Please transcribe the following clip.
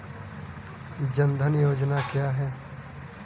जनधन योजना क्या है?